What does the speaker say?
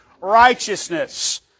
Righteousness